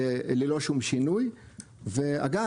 ללא שום שינוי ואגב,